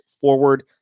forward